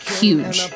huge